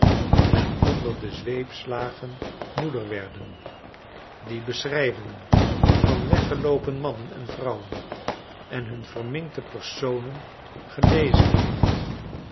en onder de zweepslagen moeder werden die beschrijvingen van weggeloopen mannen en vrouwen en hun verminkte personen gelezen heeft